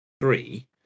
three